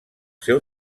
seu